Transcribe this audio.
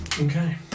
Okay